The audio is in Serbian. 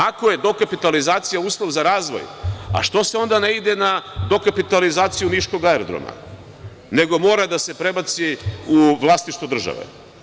Ako je dokapitalizacija uslov za razvoj, a što se onda ne ide na dokapitalizaciju niškog aerodroma, nego mora da se prebaci u vlasništvo države.